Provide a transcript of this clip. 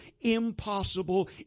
impossible